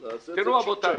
נעשה את זה צ'יק צ'ק,